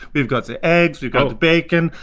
we've got so eggs, we've got bacon,